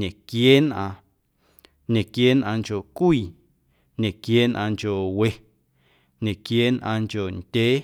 ñequieenꞌaaⁿ, ñequieenꞌaaⁿncho cwii, ñequieenꞌaaⁿncho we, ñequieenꞌaaⁿncho ndyee.